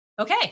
okay